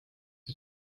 nii